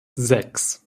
sechs